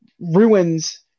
ruins